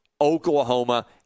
Oklahoma